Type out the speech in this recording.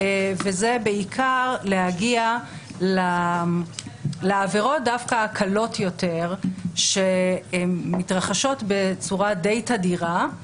וזה בעיקר להגיע לעבירות הקלות יותר שמתרחשות בצורה די תדירה.